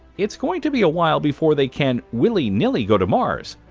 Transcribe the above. it's going to be a while before they can willy-nilly go to mars.